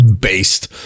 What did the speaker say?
based